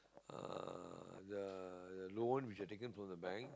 uh the the loan which they taken from the bank